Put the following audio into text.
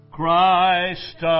Christ